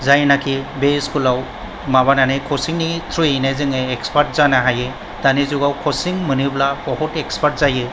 जायनाखि बे स्कुलाव माबानानै कचिंनि थ्रयैनो जोङो एक्सपार्ट जानो हायो दानि जुगाव कचिं मोनोब्ला बहुद एक्सपार्ट जायो